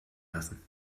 lassen